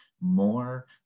more